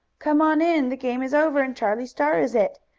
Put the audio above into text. come on in! the game is over and charlie star is it.